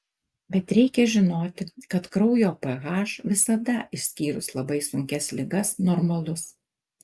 bet reikia žinoti kad kraujo ph visada išskyrus labai sunkias ligas normalus